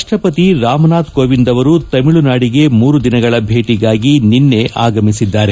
ರಾಷ್ಟಪತಿ ರಾಮನಾಥ್ ಕೋವಿಂದ್ ಅವರು ತಮಿಳುನಾಡಿಗೆ ಮೂರು ದಿನಗಳ ಭೇಟಿಗಾಗಿ ನಿನ್ನೆ ಆಗಮಿಸಿದ್ದಾರೆ